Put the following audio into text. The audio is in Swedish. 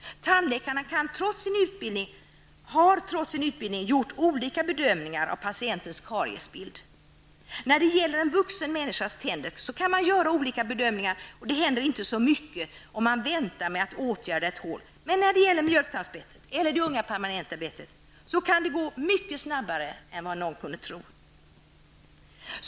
Det har hänt att tandläkare, trots sin utbildning, har gjort olika bedömningar av en patients kariesbild. När det gäller en vuxen människas tänder kan man göra olika bedömningar, och det händer inte särskilt mycket om man väntar med att åtgärda ett hål. Men när det gäller mjölktandsbettet eller ett ungt permanent bett kan förändringar ske mycket snabbare än vad man kan tro.